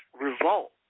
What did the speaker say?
revolt